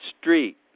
Street